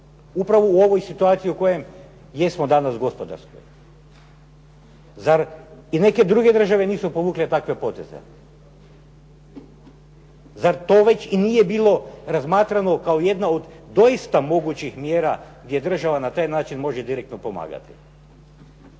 upravo u ovoj situaciji u kojoj jesmo danas gospodarskoj? Zar i neke druge države nisu povukle takve poteze? Zar to već i nije bilo razmatrano kao jedna od doista mogućih mjera gdje država na taj način može direktno pomagati?